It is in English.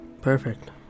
Perfect